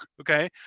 Okay